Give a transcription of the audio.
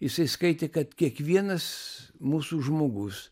jisai skaitė kad kiekvienas mūsų žmogus